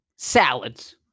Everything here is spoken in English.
Salads